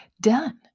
done